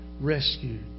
rescued